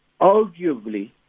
arguably